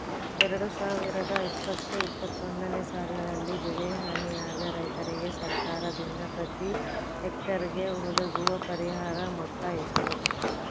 ಎರಡು ಸಾವಿರದ ಇಪ್ಪತ್ತು ಇಪ್ಪತ್ತೊಂದನೆ ಸಾಲಿನಲ್ಲಿ ಬೆಳೆ ಹಾನಿಯಾದ ರೈತರಿಗೆ ಸರ್ಕಾರದಿಂದ ಪ್ರತಿ ಹೆಕ್ಟರ್ ಗೆ ಒದಗುವ ಪರಿಹಾರ ಮೊತ್ತ ಎಷ್ಟು?